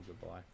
goodbye